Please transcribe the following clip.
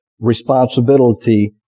responsibility